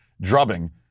drubbing